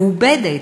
מעובדת,